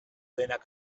denak